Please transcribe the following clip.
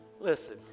Listen